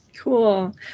Cool